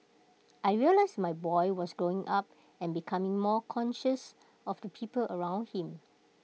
I realised my boy was growing up and becoming more conscious of the people around him